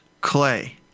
Clay